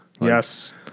Yes